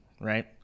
Right